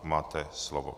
Máte slovo.